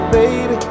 baby